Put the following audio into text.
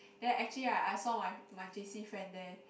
then actually I I saw my my j_c friend there